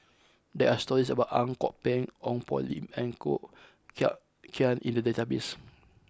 there are stories about Ang Kok Peng Ong Poh Lim and Koh Eng Kian in the database